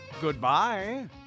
Goodbye